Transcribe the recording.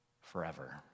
forever